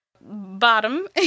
bottom